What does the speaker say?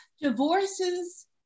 Divorces